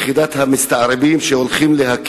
יחידת מסתערבים לרוסים?